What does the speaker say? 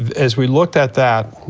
as we looked at that,